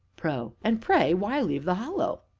pro. and, pray, why leave the hollow?